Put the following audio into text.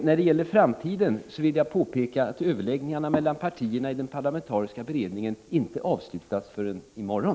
När det gäller framtiden vill jag påpeka att överläggningarna mellan partierna i den parlamentariska beredningen inte avslutas förrän i morgon.